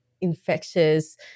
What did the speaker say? infectious